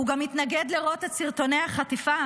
הוא גם התנגד לראות את סרטוני החטיפה.